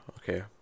Okay